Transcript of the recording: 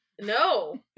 No